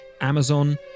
Amazon